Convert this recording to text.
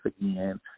again